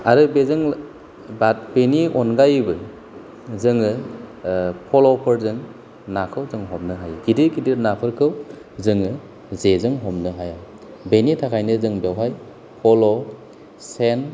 आरो बेजों बा बेनि अनगायैबो जोङो फल'फोरजों नाखौ जों हमनो हायो गिदिर गिदिर नाफोरखौ जोङो जेजों हमनो हाया बेनिथाखायनो जों बेयावहाय फल' सेन